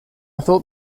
thought